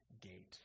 gate